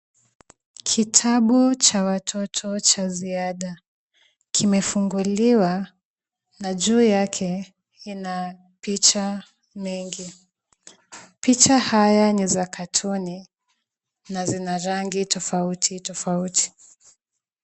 Kitabu cha watoto cha ziada kimefunguliwa na juu yake kina picha mengi. Picha haya ni za katuni na zina rangi tofauti tofauti.